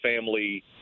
family